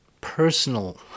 personal